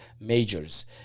majors